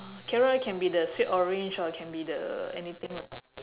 carrier can be the sweet orange or can be the anything lah